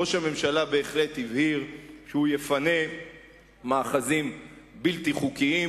ראש הממשלה בהחלט הבהיר שהוא יפנה מאחזים בלתי חוקיים,